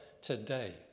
today